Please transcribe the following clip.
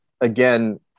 again